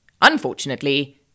Unfortunately